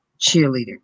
cheerleader